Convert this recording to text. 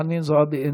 חנין זועבי,